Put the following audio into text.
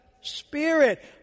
Spirit